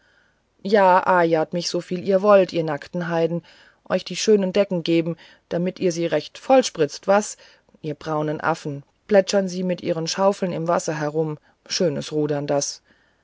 ja ayaht mich so viel ihr wollt ihr nackten heiden euch die schönen decken geben damit ihr sie recht vollspritzt was ihr braunen affen plätschern sie mit ihren schaufeln im wasser herum schönes rudern das